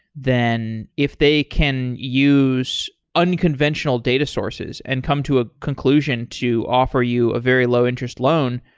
then if they can use unconventional data sources and come to a conclusion to offer you a very low interest loan,